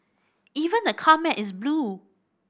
even the car mat is blue